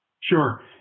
Sure